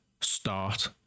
start